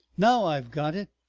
now i've got it!